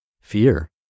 fear